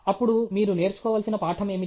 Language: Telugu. అప్పుడు మీరు నేర్చుకోవలసిన పాఠం ఏమిటి